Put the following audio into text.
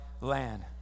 land